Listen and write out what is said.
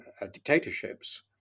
dictatorships